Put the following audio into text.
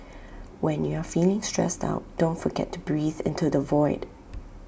when you are feeling stressed out don't forget to breathe into the void